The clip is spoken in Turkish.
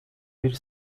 bir